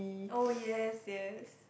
oh yes yes